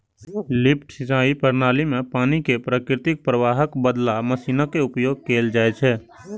lift सिंचाइ प्रणाली मे पानि कें प्राकृतिक प्रवाहक बदला मशीनक उपयोग कैल जाइ छै